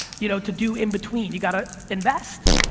you know to do in-between, you've got to invest.